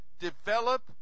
develop